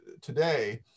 today